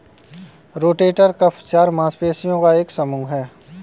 rotator cuff चार मांसपेशियों का एक समूह है